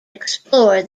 explore